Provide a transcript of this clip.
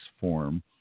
form